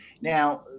Now